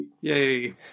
Yay